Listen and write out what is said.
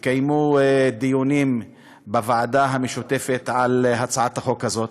התקיימו דיונים בוועדה המשותפת על הצעת החוק הזאת.